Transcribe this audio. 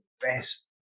best